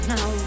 Now